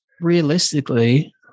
Realistically